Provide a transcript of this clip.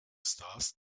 stars